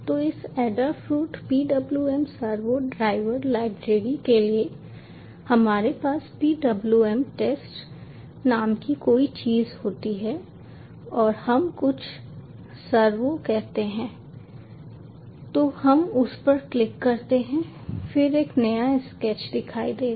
तो इस Adafruit PWM servo driver library के लिए हमारे पास PWM टेस्ट नाम की कोई चीज होती है और हम कुछ सर्वो कहते हैं तो हम उस पर क्लिक करते हैं फिर एक नया स्केच दिखाई देगा